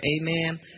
Amen